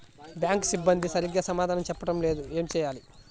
Bank సిబ్బంది సరిగ్గా సమాధానం చెప్పటం లేదు ఏం చెయ్యాలి?